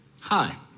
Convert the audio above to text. Hi